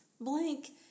Blank